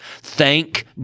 Thank